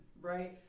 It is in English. right